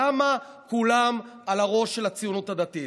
למה כולם על הראש של הציונות הדתית?